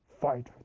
fight